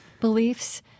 beliefs